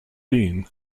been